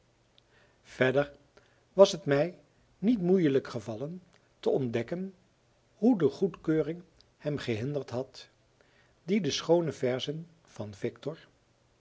verder was het mij niet moeielijk gevallen te ontdekken hoe de goedkeuring hem gehinderd had die de schoone verzen van victor